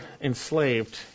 enslaved